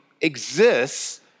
exists